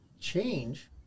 change